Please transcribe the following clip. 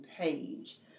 page